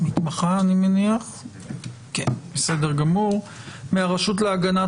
ניתן לקיים